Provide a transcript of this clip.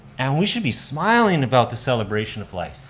and we should be smiling about the celebration of life.